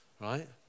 right